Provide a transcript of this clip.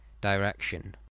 direction